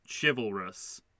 chivalrous